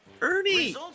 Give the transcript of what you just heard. Ernie